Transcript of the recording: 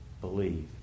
believe